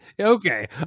okay